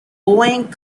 boeing